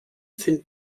sind